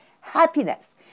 happiness